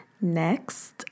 Next